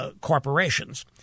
corporations